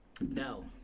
No